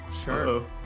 Sure